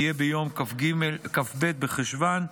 ביום כ"ב בחשוון,